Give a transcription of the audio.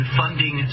funding